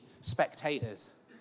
spectators